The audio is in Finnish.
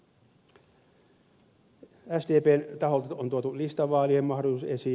sdpn taholta on tuotu listavaalien mahdollisuus esiin